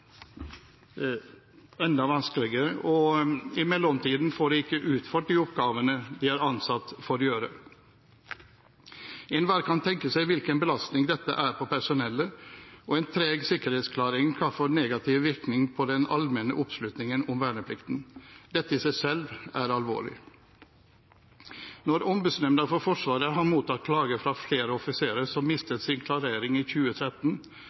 enda større. I mellomtiden får de ikke utført de oppgavene de er ansatt for å gjøre. Enhver kan tenke seg hvilken belastning dette er på personellet, og en treg sikkerhetsklarering kan få negativ virkning på den allmenne oppslutningen om verneplikten. Dette i seg selv er alvorlig. Når Ombudsmannsnemnda for Forsvaret har mottatt klage fra flere offiserer som mistet sin klarering i 2013,